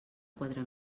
quatre